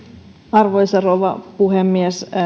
arvoisa rouva puhemies